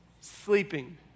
sleeping